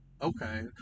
Okay